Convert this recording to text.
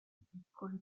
piccoli